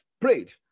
prayed